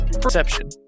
Perception